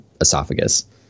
esophagus